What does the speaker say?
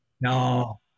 No